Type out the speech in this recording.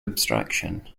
abstraction